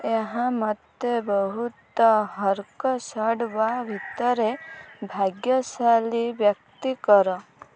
ଏହା ମୋତେ ବହୁତ ହର୍କର୍ସଡ଼୍ ୱୋ ଭିତରେ ଭାଗ୍ୟଶାଳୀ ବ୍ୟକ୍ତି କର